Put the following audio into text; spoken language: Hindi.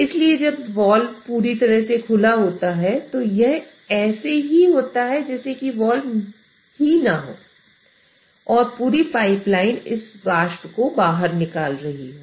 इसलिए जब वाल्व पूरी तरह से खुला होता है तो यह ऐसे ही होता है जैसे कि कोई वाल्व न हो और पूरी पाइपलाइन इस वाष्प को बाहर निकाल रही हो